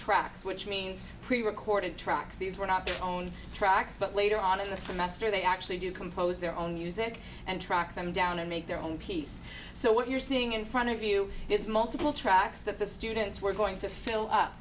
tracks which means prerecorded tracks these were not their own tracks but later on in the semester they actually do compose their own music and track them down and make their own piece so what you're seeing in front of you is multiple tracks that the students were going to fill up